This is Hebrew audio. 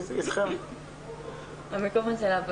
אני מברכת על היוזמה.